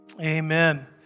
Amen